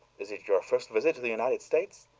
is it your first visit to the united states?